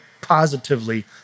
positively